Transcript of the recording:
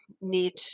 need